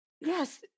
Yes